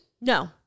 No